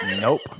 Nope